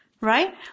Right